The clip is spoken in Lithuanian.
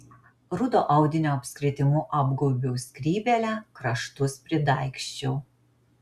rudo audinio apskritimu apgaubiau skrybėlę kraštus pridaigsčiau